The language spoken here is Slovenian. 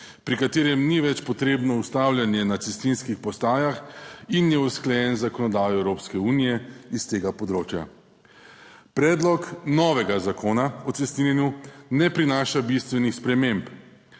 pri katerem ni več potrebno ustavljanje na cestninskih postajah in je usklajen z zakonodajo Evropske unije iz tega področja. Predlog novega zakona o cestninjenju ne prinaša bistvenih sprememb.